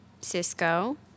Cisco